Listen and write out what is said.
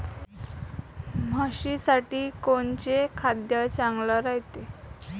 म्हशीसाठी कोनचे खाद्य चांगलं रायते?